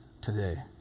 today